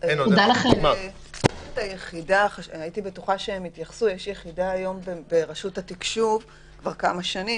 יש יחידה היום ברשות התקשוב, כבר כמה שנים,